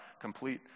complete